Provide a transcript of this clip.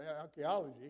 archaeology